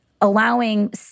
allowing